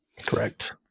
Correct